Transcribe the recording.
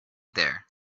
there